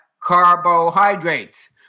carbohydrates